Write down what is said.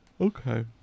Okay